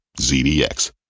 ZDX